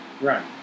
Right